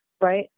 right